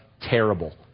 terrible